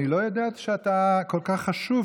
אני לא ידעתי שאתה כל כך חשוב,